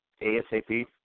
ASAP